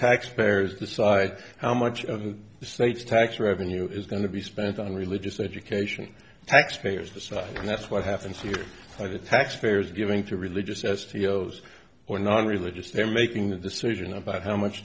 taxpayers decide how much of the state's tax revenue is going to be spent on religious education tax payers decide that's what happens here by the taxpayers giving to religious as fios or non religious they're making the decision about how much